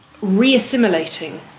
re-assimilating